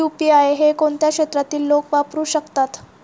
UPI हे कोणत्या क्षेत्रातील लोक वापरू शकतात?